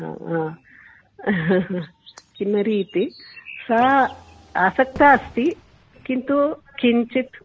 हा किन्नरीति सा आसक्ता अस्ति किन्तु किञ्चित्